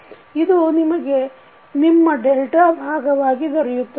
ಇದು ನಿಮಗೆ ನಿಮ್ಮ ಡೆಲ್ಟಾದ ಭಾಗವಾಗಿ ದೊರೆಯುತ್ತದೆ